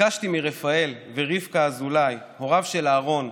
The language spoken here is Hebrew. ביקשתי מרפאל ורבקה אזולאי, הוריו של אהרון,